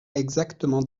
exactement